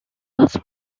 was